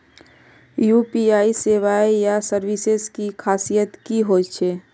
UPI सेवाएँ या services की खासियत की होचे?